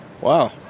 Wow